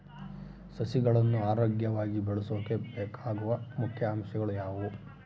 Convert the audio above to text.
ಸಸಿಗಳನ್ನು ಆರೋಗ್ಯವಾಗಿ ಬೆಳಸೊಕೆ ಬೇಕಾಗುವ ಮುಖ್ಯ ಅಂಶಗಳು ಯಾವವು?